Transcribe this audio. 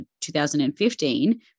2015